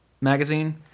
magazine